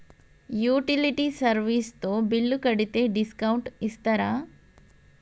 Utility service తో bill కడితే discount ఇస్తరా?